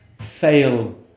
fail